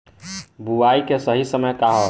बुआई के सही समय का वा?